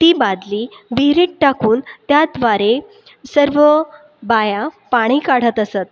ती बादली विहिरीत टाकून त्याद्वारे सर्व बाया पाणी काढत असत